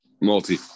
Multi